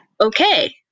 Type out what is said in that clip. Okay